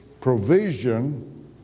provision